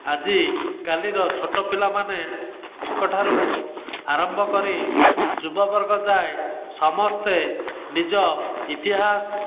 ଆଜି କାଲିର ଛୋଟ ପିଲାମାନେ ଙ୍କଠାରୁ ଆରମ୍ଭ କରି ଯୁବ ବର୍ଗ ଯାଏ ସମସ୍ତେ ନିଜ ଇତିହାସ